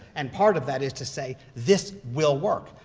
and part of that is to say, this will work.